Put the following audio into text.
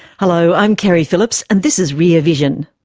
hello, i'm keri phillips and this is rear vision.